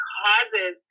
causes